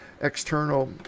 external